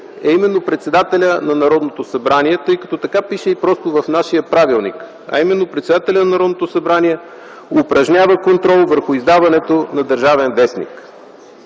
е именно председателят на Народното събрание, тъй като така пише и в нашия Правилник, а именно: „Председателят на Народното събрание упражнява контрол върху издаването на „Държавен вестник”.”